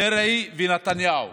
דרעי ונתניהו.